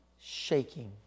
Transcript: shaking